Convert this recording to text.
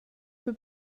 peu